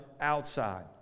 outside